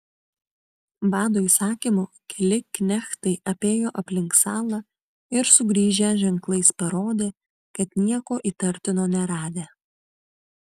vado įsakymu keli knechtai apėjo aplink salą ir sugrįžę ženklais parodė kad nieko įtartino neradę